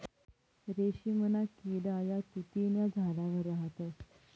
रेशीमना किडा या तुति न्या झाडवर राहतस